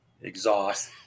exhaust